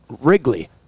Wrigley